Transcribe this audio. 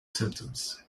symptoms